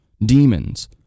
Demons